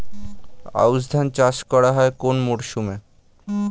আউশ ধান চাষ করা হয় কোন মরশুমে?